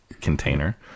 container